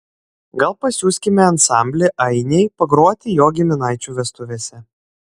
gal pasiųskime ansamblį ainiai pagroti jo giminaičių vestuvėse